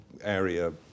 area